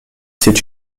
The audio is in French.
c’est